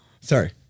Sorry